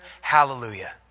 hallelujah